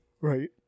right